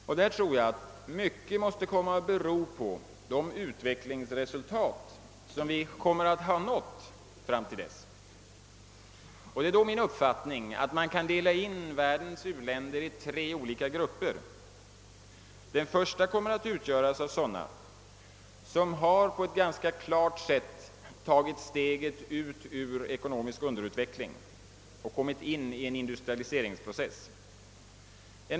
Därvidlag tror jag att mycket kommer att bero på de utvecklingsresultat som vi kommer att ha nått vid den tidpunkten, och det är min uppfattning att man då kan dela in uländerna i tre grupper. Den första kommer att bestå av sådana länder som ganska klart har tagit steget ut ur ekonomisk underutveckling och kommit in i en industrialiseringsprocess.